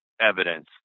evidence